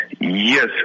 Yes